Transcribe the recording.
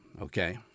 okay